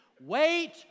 Wait